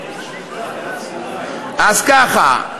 אז ככה: